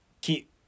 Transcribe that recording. keep